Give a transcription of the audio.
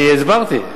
אני הסברתי.